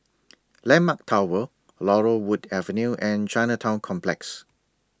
Landmark Tower Laurel Wood Avenue and Chinatown Complex